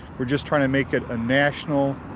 we're just trying to make it a national